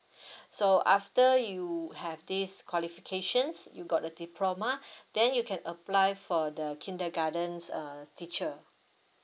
so after you have these qualifications you got the diploma then you can apply for the kindergartens uh teacher